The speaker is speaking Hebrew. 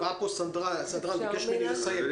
בא לפה סדרן וביקש ממני לסיים.